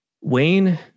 Wayne